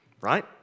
right